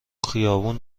خیابون